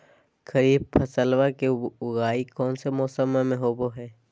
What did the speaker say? खरीफ फसलवा के उगाई कौन से मौसमा मे होवय है?